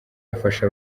afasha